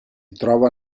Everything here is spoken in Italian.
trova